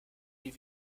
wie